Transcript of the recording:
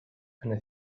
eine